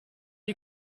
die